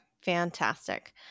Fantastic